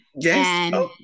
Yes